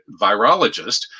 virologist